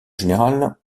général